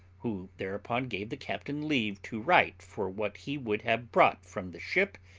who thereupon gave the captain leave to write for what he would have brought from the ship,